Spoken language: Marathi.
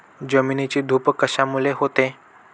जमिनीची धूप कशामुळे होते?